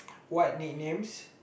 what nicknames